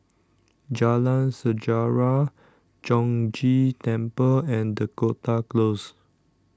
Jalan Sejarah Chong Ghee Temple and Dakota Close